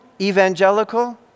evangelical